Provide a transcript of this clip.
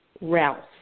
Ralph